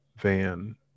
van